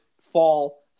fall